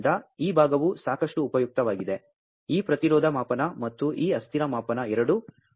ಆದ್ದರಿಂದ ಈ ಭಾಗವು ಸಾಕಷ್ಟು ಉಪಯುಕ್ತವಾಗಿದೆ ಈ ಪ್ರತಿರೋಧ ಮಾಪನ ಮತ್ತು ಈ ಅಸ್ಥಿರ ಮಾಪನ ಎರಡೂ